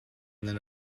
nan